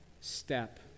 step